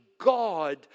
God